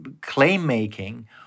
claim-making